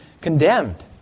condemned